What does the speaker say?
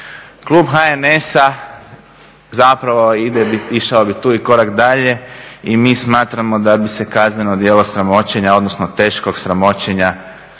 klub HNS-a zapravo išao bi tu i korak dalje i mi smatramo da bi se kazneno djelo sramoćenja, odnosno teškog sramoćenja,